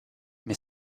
mais